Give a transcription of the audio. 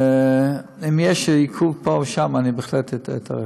ואם יש עיכוב פה ושם, אני בהחלט אתערב.